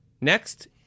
Next